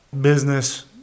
business